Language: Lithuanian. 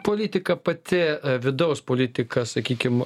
politika pati vidaus politika sakykim